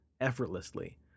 effortlessly